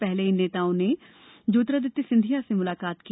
पहले इन नेताओं से ज्योतिरादित्य सिंधिया ने मुलाकात की